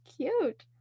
cute